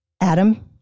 Adam